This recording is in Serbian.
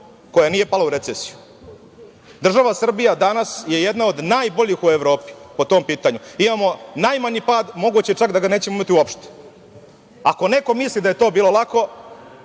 koja nije pala u recesiju. Država Srbija je danas jedna od najboljih u Evropi po tom pitanju. Imamo najmanji pad, a moguće je čak da ga nećemo imati uopšte. Ako neko misli da je to bilo lako,